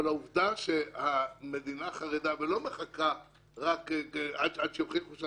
אבל העובדה שהמדינה חרדה ולא מחכה עד שיוכיחו,